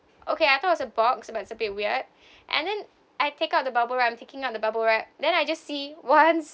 okay I thought was a box but it's a bit weird and then I take out the bubble wrap I'm taking out the bubble wrap then I just see one